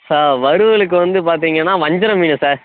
sir வறுவலுக்கு வந்து பார்த்தீங்கன்னா வஞ்சர மீன் சார்